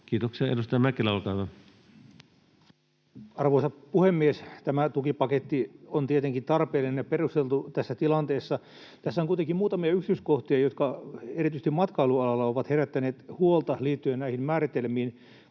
muuttamisesta Time: 17:16 Content: Arvoisa puhemies! Tämä tukipaketti on tietenkin tarpeellinen ja perusteltu tässä tilanteessa. Tässä on kuitenkin muutamia yksityiskohtia, jotka erityisesti matkailualalla ovat herättäneet huolta, liittyen näihin määritelmiin